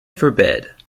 forbid